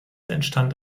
entstand